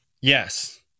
Yes